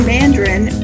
Mandarin